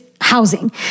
housing